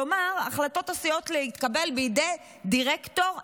כלומר, החלטות עשויות להתקבל בידי דירקטור אחד.